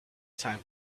time